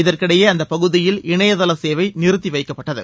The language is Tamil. இதற்கிடையே அந்த பகுதியில் இணைதள சேவை நிறுத்தி வைக்கப்பட்டது